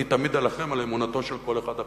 אני תמיד אלחם על אמונתו של כל אחד.